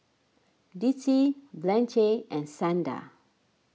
Dicie Blanche and Xander